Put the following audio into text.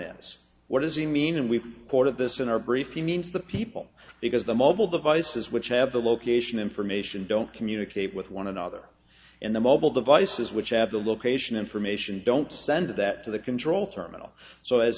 is what does he mean and we've sort of this in our brief he means the people because the mobile devices which have the location information don't communicate with one another and the mobile devices which have the location information don't send that to the control terminal so as